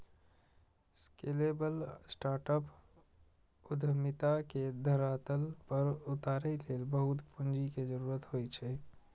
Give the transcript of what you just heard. scalable startup उद्यमिता के धरातल पर उतारै लेल बहुत पूंजी के जरूरत होइ छै